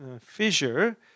fissure